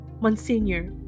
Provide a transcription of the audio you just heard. Monsignor